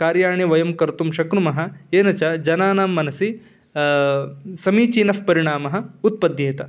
कार्याणि वयं कर्तुं शक्नुमः येन च जनानां मनसि समीचीनःपरिणामः उत्पद्येत